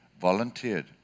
volunteered